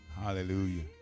hallelujah